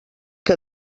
que